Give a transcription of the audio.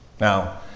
Now